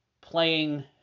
playing